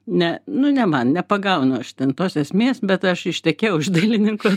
ne nu ne man nepagaunu aš ten tos esmės bet aš ištekėjau už dailininko